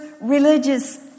religious